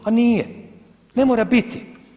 A nije, ne mora biti.